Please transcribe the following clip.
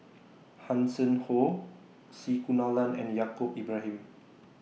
Hanson Ho C Kunalan and Yaacob Ibrahim